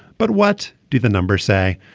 but what do the numbers say.